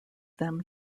them